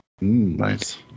Nice